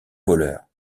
voleurs